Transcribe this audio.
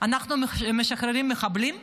אנחנו משחררים מחבלים?